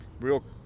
real